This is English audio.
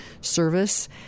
service